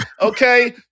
okay